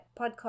podcast